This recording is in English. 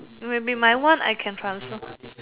maybe my one I can transfer